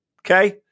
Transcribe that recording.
okay